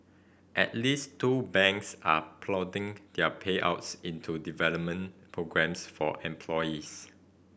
at least two banks are ploughing their payouts into development programmes for employees